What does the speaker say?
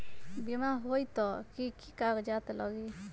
बिमा होई त कि की कागज़ात लगी?